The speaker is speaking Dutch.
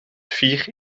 vier